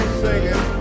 singing